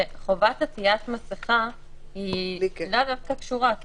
שחובת עטיית מסכה היא לאו דווקא קשורה.